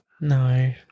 No